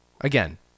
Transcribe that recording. Again